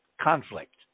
conflict